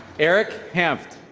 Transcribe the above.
eric hemft.